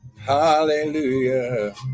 Hallelujah